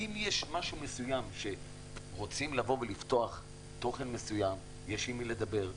אם יש משהו מסוים שרוצים לפתוח תוכן מסוים יש עם מי לדבר,